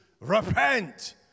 repent